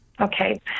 Okay